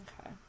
Okay